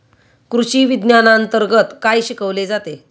कृषीविज्ञानांतर्गत काय शिकवले जाते?